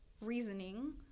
reasoning